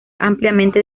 ampliamente